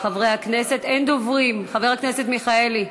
חברי הכנסת, אין דוברים, חבר הכנסת מיכאלי.